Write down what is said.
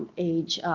age,